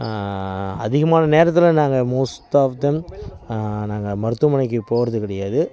அதிகமான நேரத்தில் நாங்கள் மோஸ்ட் ஆஃப் தெம் நாங்கள் மருத்துவமனைக்கு போகிறது கிடையாது